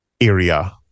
area